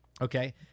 okay